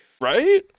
Right